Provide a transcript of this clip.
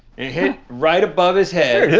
it hit right above his head.